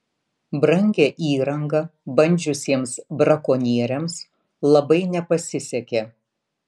brangią įrangą bandžiusiems brakonieriams labai nepasisekė